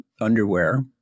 underwear